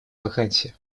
вакансии